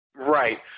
Right